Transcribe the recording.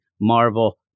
Marvel